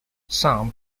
some